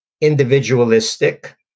individualistic